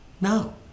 No